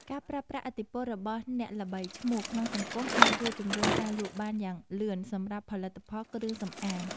ការប្រើប្រាស់ឥទ្ធិពលរបស់អ្នកល្បីឈ្មោះក្នុងសង្គមអាចជួយជម្រុញការលក់បានយ៉ាងលឿនសម្រាប់ផលិតផលគ្រឿងសម្អាង។